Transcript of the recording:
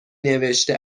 نوشته